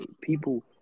people